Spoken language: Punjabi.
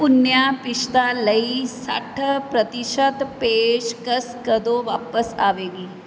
ਭੁੰਨਿਆ ਪਿਸ਼ਤਾ ਲਈ ਸੱਠ ਪ੍ਰਤੀਸ਼ਤ ਪੇਸ਼ਕਸ਼ ਕਦੋਂ ਵਾਪਸ ਆਵੇਗੀ